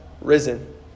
risen